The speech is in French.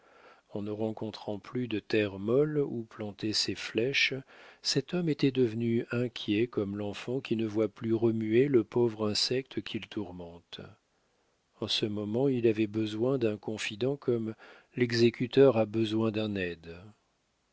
en ne rencontrant plus de terre molle où planter ses flèches cet homme était devenu inquiet comme l'enfant qui ne voit plus remuer le pauvre insecte qu'il tourmente en ce moment il avait besoin d'un confident comme l'exécuteur a besoin d'un aide